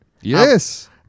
Yes